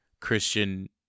Christian